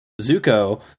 Zuko